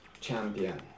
champion